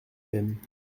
même